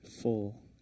full